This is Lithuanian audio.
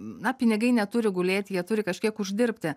na pinigai neturi gulėti jie turi kažkiek uždirbti